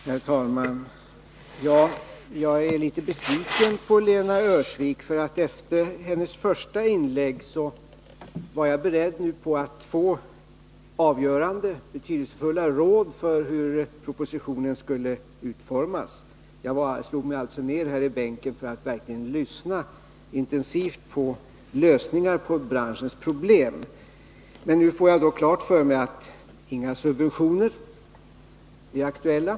Herr talman! Jag är litet besviken på Lena Öhrsvik. Efter hennes första inlägg var jag beredd på att få betydelsefulla råd om hur propositionen skulle utformas. Jag slog mig alltså ned här i bänken för att verkligen lyssna intensivt till förslag om lösningar på branschens problem. Nu har jag fått klart för mig att inga subventioner är aktuella.